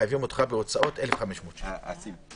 מחייבים אותך בהוצאות - 1,500 שקל.